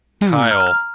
Kyle